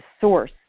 source